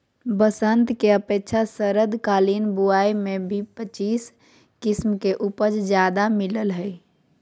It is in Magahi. बसंत के अपेक्षा शरदकालीन बुवाई में बीस पच्चीस किस्म के उपज ज्यादे मिलय हइ